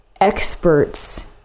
experts